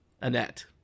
Annette